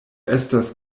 estas